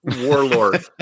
Warlord